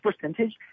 percentage